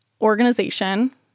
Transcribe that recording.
organization